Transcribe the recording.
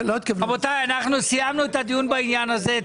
רבותיי, אנחנו סיימנו את הדיון בעניין הזה.